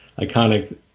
iconic